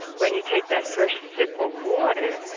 when you take that first sip of water,